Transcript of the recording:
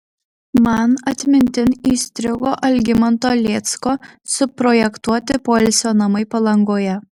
man atmintin įstrigo algimanto lėcko suprojektuoti poilsio namai palangoje